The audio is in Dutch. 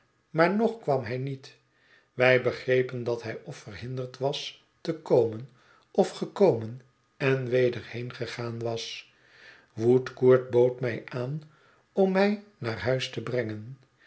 maar nog kwam hij niet wij begrepen dat hij f verhinderd was te komen of gekomen en weder heengegaan was woodcourt bood mij aan om mij naar huis te brengen